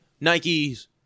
Nike's